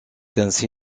ainsi